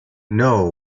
know